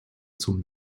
zum